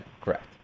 correct